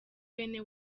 bene